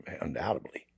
Undoubtedly